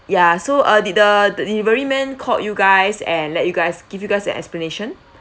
ya so uh did the delivery man called you guys and let you guys give you guys an explanation